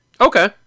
Okay